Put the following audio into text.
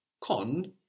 con